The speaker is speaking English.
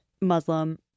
muslim